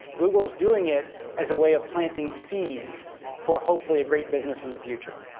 google is doing it as a way of planting seeds for hopefully a great business in the future.